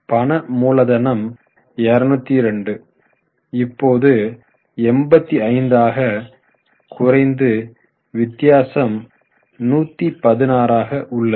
பண மூலதனம் 202 இப்போது 85 ஆக குறைந்து வித்தியாசம் 116 ஆக உள்ளது